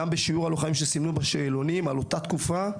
גם בשיעור הלוחמים שסימנו בשאלונים על אותה תקופה,